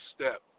step